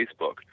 Facebook